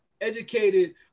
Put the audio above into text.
educated